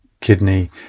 kidney